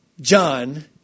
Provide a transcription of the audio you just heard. John